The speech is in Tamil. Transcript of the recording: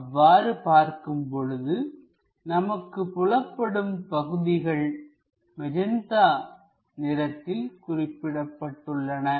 அவ்வாறு பார்க்கும் பொழுது நமக்கு புலப்படும் பகுதிகள் மெகெந்தா நிறத்தில் குறிக்கப்பட்டுள்ளன